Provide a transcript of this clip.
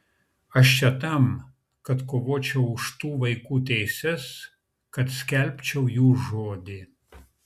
aš čia tam kad kovočiau už tų vaikų teises kad skelbčiau jų žodį